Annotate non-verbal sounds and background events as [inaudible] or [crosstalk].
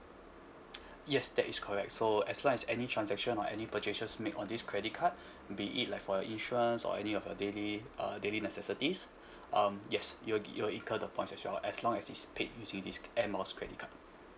[breath] yes that is correct so as long as any transaction or any purchases make on this credit card be it like for a insurance or any of your daily uh daily necessities um yes you'll you'll incur the points as well as long as it's paid using this air miles credit card